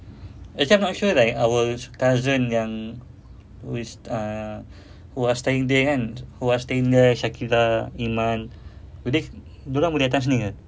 actually I'm not sure like our cousin yang always uh who are staying there kan who are staying there syakilah iman do they dia orang boleh datang sini ke